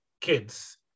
kids